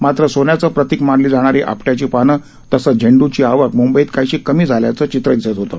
मात्र सोन्याचं प्रतिक मानली जाणारी आपट्याची पानं तसंच झेंड्रची आवक म्ंबईत काहीशी कमी झाल्याचं चित्र दिसत होतं